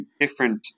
different